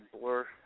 blur